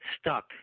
stuck